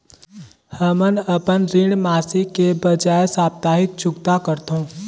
हमन अपन ऋण मासिक के बजाय साप्ताहिक चुकता करथों